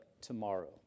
tomorrow